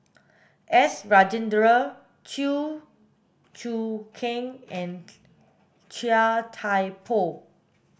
S Rajendran Chew Choo Keng and Chia Thye Poh